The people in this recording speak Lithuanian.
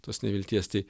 tos nevilties tai